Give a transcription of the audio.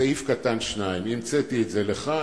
סעיף קטן (2) המצאתי את זה לך,